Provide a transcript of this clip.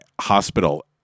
hospital